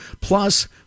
Plus